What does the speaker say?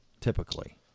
Typically